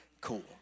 cool